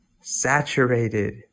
saturated